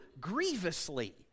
grievously